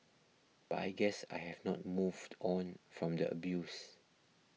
but I guess I have not moved on from the abuse